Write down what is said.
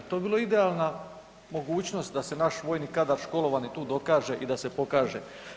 To bi bila idealna mogućnost da se naš vojni kadar školovani tu dokaže i da se pokaže.